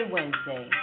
Wednesday